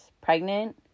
pregnant